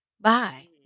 Bye